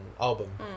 album